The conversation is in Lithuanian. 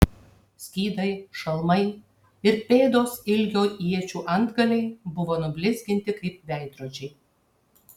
skydai šalmai ir pėdos ilgio iečių antgaliai buvo nublizginti kaip veidrodžiai